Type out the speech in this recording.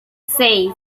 seis